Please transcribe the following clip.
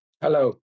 Hello